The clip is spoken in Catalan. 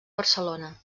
barcelona